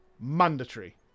Mandatory